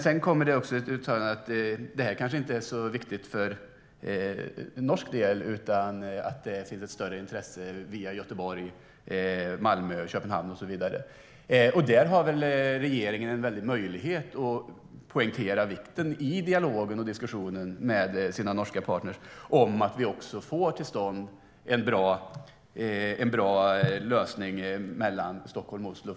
Sedan kommer dock ett uttalande om att det här kanske inte är så viktigt för norsk del, utan det finns ett större intresse via Göteborg, Malmö, Köpenhamn och så vidare. Där har regeringen en möjlighet att poängtera vikten av att vi också får till stånd en bra lösning mellan Stockholm och Oslo i dialogen och diskussionen med sina norska partner.